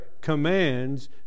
commands